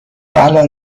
الان